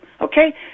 Okay